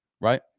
right